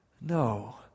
no